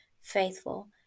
faithful